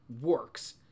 works